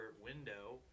window